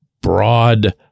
broad